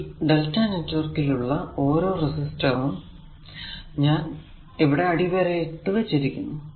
ഈ lrmΔ network ൽ ഉള്ള ഓരോ റെസിസ്റ്ററും ഞാൻ ഇതിവിടെ അടിവരയിട്ടു വച്ചിരിക്കുന്നു